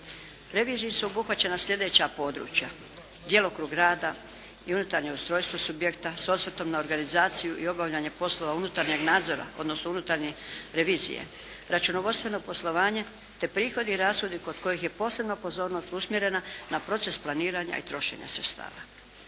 reviziji su obuhvaćena slijedeća područja: djelokrug rada i unutarnje ustrojstvo subjekta s osvrtom na organizaciju i obavljanje poslova unutarnjeg nadzora odnosno unutarnje revizije, računovodstveno poslovanje te prihodi i rashodi kod kojih je posebna pozornost usmjerena na proces planiranja i trošenja sredstava.